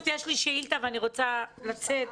ואני רוצה לצאת.